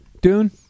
Dune